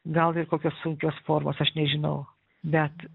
gal ir kokios sunkios formos aš nežinau bet